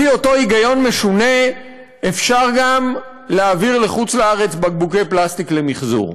לפי אותו היגיון משונה אפשר גם להעביר לחוץ-לארץ בקבוקי הפלסטיק למחזור.